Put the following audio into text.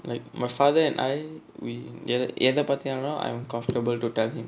like my father and I we எத பத்தினாலும்:etha paththinaalum I'm comfortable to tell him